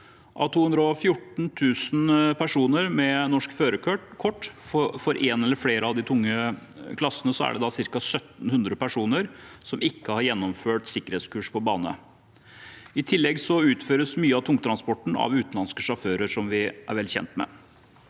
Av 214 000 personer med norsk førerkort for én eller flere av de tunge klassene er det ca. 1 700 personer som ikke har gjennomført sikkerhetskurs på bane. I tillegg utføres mye tungtransport av utenlandske sjåfører, som vi er vel kjent med.